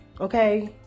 Okay